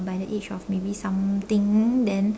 by the age of maybe something then